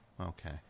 Okay